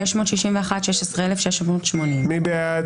16,381 עד 16,400. מי בעד?